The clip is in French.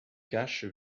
cache